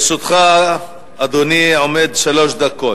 לרשותך, אדוני, עומדות שלוש דקות.